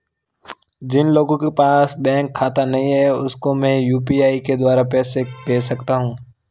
जिन लोगों के पास बैंक खाता नहीं है उसको मैं यू.पी.आई के द्वारा पैसे भेज सकता हूं?